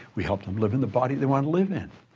we help them live in the body they want to live in.